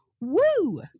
woo